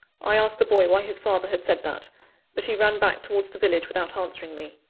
i asked the boy why his father had said that but he ran back towards the village without answering me.